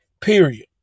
Period